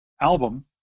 album